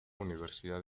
universidad